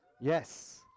Yes